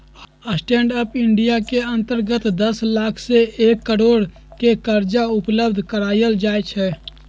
stand up India के अंतर्गत दस लाख से एक करोड़ के करजा उपलब्ध करायल जाइ छइ